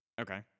Okay